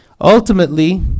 ultimately